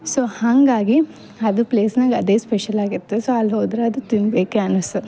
so ಹಂಗಾಗಿ ಅದು ಪ್ಲೇಸ್ನಾಗೆ ಅದೇ ಸ್ಪೆಶಲಾಗಿತ್ತು ಸೊ ಅಲ್ಲಿ ಹೋದ್ರೆ ಅದು ತಿನ್ಬೇಕು ಅನಿಸ್ತದ್